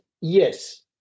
yes